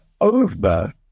over